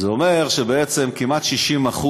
זה אומר שכמעט 60%,